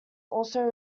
also